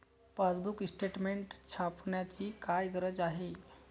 Passbook statement छापण्याची काय गरज आहे?